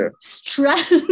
stress